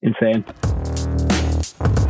Insane